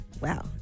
Wow